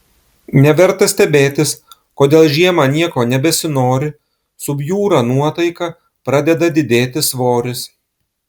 neverta stebėtis kodėl žiemą nieko nebesinori subjūra nuotaika pradeda didėti svoris